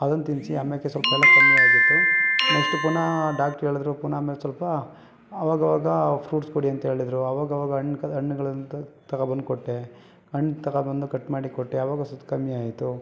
ಅದನ್ನು ತಿನ್ನಿಸಿ ಆಮ್ಯಾಕೆ ಸ್ವಲ್ಪ ಎಲ್ಲ ಕಮ್ಮಿ ಆಗಿತ್ತು ನೆಕ್ಸ್ಟ್ ಪುನಃ ಡಾಕ್ಟ್ರ್ ಹೇಳಿದರು ಪುನೊಮ್ಮೆ ಸ್ವಲ್ಪ ಆವಾಗವಾಗ ಫ್ರೂಟ್ಸ್ ಕೊಡಿ ಅಂಥೇಳಿದ್ರು ಅವಾಗಾವಾಗ ಹಣ್ಣುಗಳನ್ನು ತಗೊಂಡ್ಬಂದು ಕೊಟ್ಟೆ ಹಣ್ಣು ತಗೊಂಡು ಬಂದು ಕಟ್ ಮಾಡಿ ಕೊಟ್ಟೆ ಆವಾಗ ಸುಸ್ತು ಕಮ್ಮಿ ಆಯಿತು